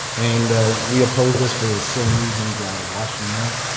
and we oppose this for the same reason as washington mills.